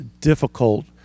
difficult